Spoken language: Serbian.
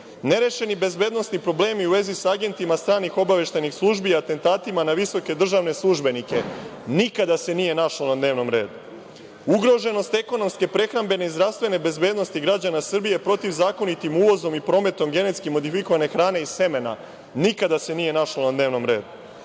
nerešeni bezbednosni problemi u vezi sa agentima stranih obaveštajnih službi, atentatima na visoke državne službenike – nikada se nije našlo na dnevnom redu; ugroženost ekonomske, prehrambene i zdravstvene bezbednosti građana Srbije protivzakonitim uvozom i prometom genetski modifikovane hrane i semena – nikada se nije našlo na dnevnom redu;